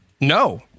no